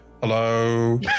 Hello